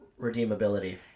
Redeemability